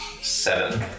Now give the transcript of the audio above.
Seven